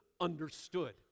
understood